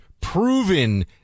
proven